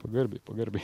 pagarbiai pagarbiai